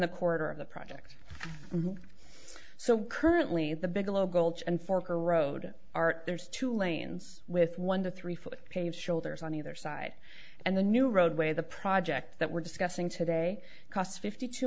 the quarter of the project so currently the bigelow gold and fork are road art there's two lanes with one to three foot paved shoulders on either side and the new roadway the project that we're discussing today costs fifty two